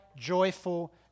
joyful